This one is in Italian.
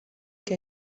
che